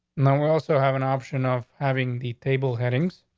now, we also have an option of having the table headings.